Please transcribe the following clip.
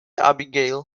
abigail